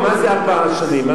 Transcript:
מה זה פער השנים?